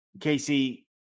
Casey